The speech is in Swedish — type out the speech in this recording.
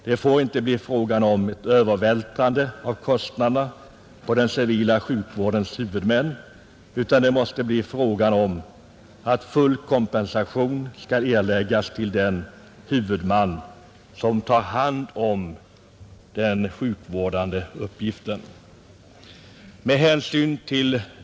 Det får ju inte bli fråga om ett övervältrande av kostnaderna på den civila sjukvårdens huvudmän utan det måste bli så att full kompensation skall erläggas till den huvudman som tar hand om den sjukvårdande uppgiften.